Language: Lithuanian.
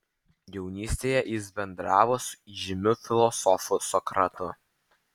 jaunystėje jis bendravo su įžymiu filosofu sokratu